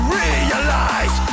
realize